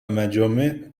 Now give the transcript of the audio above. مجامع